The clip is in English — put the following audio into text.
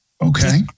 Okay